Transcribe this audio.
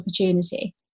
opportunity